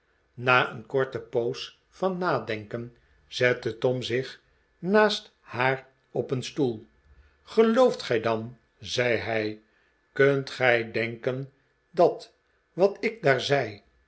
na een korte poos van nadenken zette tom zich naast haar op een stoel gelooft gij dan zei hij kunt gij denken dat wat ik daar zei